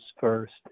first